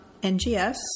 NGS